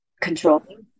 controlling